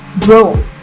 Bro